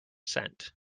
sent